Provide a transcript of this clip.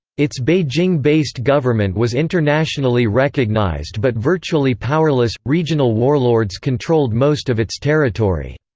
its beijing-based government was internationally recognized but virtually powerless regional warlords controlled most of its territory.